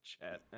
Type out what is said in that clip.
chat